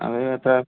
അത് എത്ര